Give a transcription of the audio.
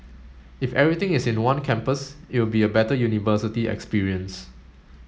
if everything is in one campus it'll be a better university experience